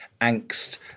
angst